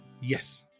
Yes